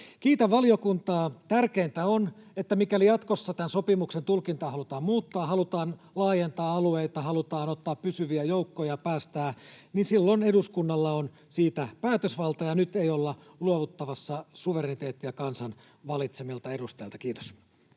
Kiitän valiokuntaa. Tärkeintä on, että mikäli jatkossa tämän sopimuksen tulkintaa halutaan muuttaa, halutaan laajentaa alueita tai halutaan päästää pysyviä joukkoja, silloin eduskunnalla on siitä päätösvalta ja että nyt ei olla luovuttamassa suvereniteettia kansan valitsemilta edustajilta. — Kiitos.